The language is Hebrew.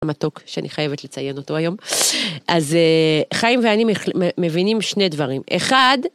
המתוק, שאני חייבת לציין אותו היום. אז חיים ואני מבינים שני דברים. אחד...